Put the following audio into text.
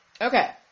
Okay